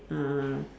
uh